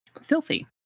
filthy